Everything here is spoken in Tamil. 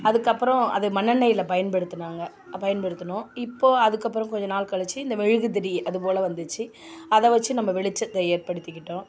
அதுகப்புறோம் அது மண்ணெண்ணெயில் பயன்படுத்துனாங்க பயன்படுத்துனோம் இப்போ அதுக்கப்புறோம் கொஞ்ச நாள் கழிச்சு இந்த மெழுகுத்திரி அதுப்போல் வந்துச்சு அதை வச்சி நம்ப வெளிச்சத்தை ஏற்படுத்திக்கிட்டோம்